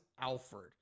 Alfred